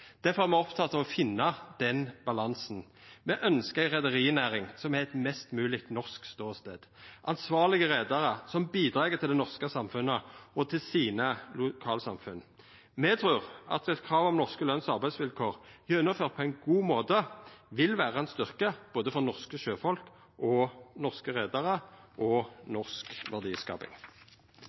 er me opptekne av å finna den balansen. Me ønskjer ei reiarlagsnæring som har ein mest mogleg norsk ståstad – ansvarlege reiarlag som bidreg til det norske samfunnet og til lokalsamfunna sine. Me trur at eit krav om norske løns- og arbeidsvilkår gjennomført på ein god måte vil vera ein styrke for både norske sjøfolk, norske reiarlag og norsk verdiskaping.